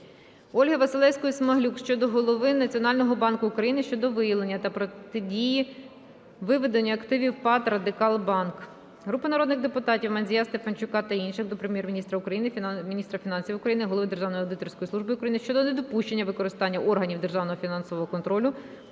Ольги Василевської-Смаглюк до голови Національного банку України щодо виявлення та протидії виведенню активів ПАТ "Радикал Банк". Групи народних депутатів (Мандзія, Стефанчука та інших) до Прем'єр-міністра України, міністра фінансів України, голови Державної аудиторської служби України щодо недопущення використання органів державного фінансового контролю